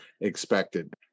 expected